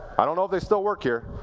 i don't know if they stilt work here.